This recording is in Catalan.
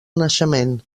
naixement